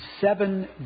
Seven